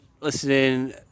listening